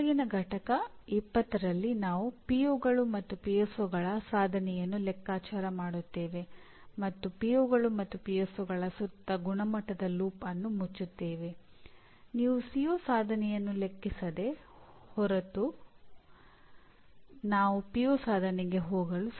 ಮುಂದಿನ ಘಟಕ ಎಂ1ಯು5 ಗೆ ಮಟ್ಟದಲ್ಲಿ ಪರಿಣಾಮಗಳ ಸಾಧನೆಯ ಗುಣಮಟ್ಟದ ಅಂಶವನ್ನು ಮುಚ್ಚುವ ಕೇಂದ್ರತೆಯನ್ನು ಅರ್ಥಮಾಡಿಕೊಳ್ಳಿ